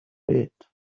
bit